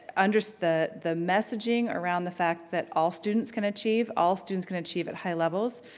and so the the messaging around the fact that all students can achieve, all students can achieve at high levels,